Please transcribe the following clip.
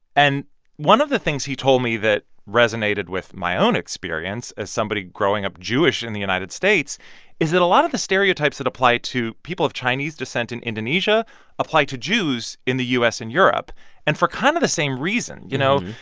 and one of the things he told me that resonated with my own experience as somebody growing up jewish in the united states is that a lot of the stereotypes that apply to people of chinese descent in indonesia apply to jews in the u s. and europe and for kind of the same reason you know,